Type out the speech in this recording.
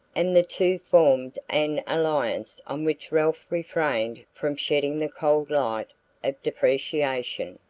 and the two formed an alliance on which ralph refrained from shedding the cold light of depreciation.